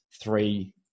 three